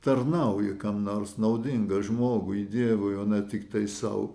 tarnauji kam nors naudingas žmogui dievui o ne tiktai sau